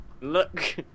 Look